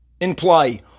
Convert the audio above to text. imply